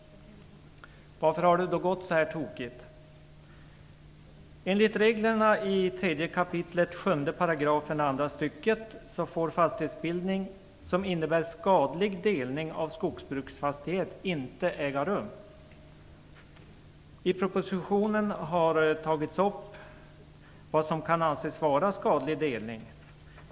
Varför har det gått så tokigt? Enligt reglerna i 3 kap. 7 § andra stycket får fastighetsbildning som innebär skadlig delning av skogsbruksfastighet inte äga rum. I propositionen har tagits upp vad som kan anses vara skadlig delning.